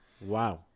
Wow